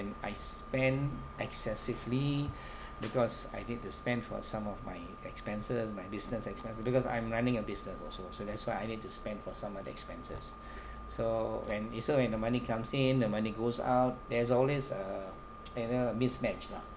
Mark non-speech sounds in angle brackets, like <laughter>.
I spend excessively <breath> because I need to spend for some of my expenses my business expenses because I'm running a business also so that's why I need to spend for some of the expenses <breath> so when you so when the money comes in the money goes out there's always a <noise> you know mismatch lah